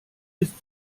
ist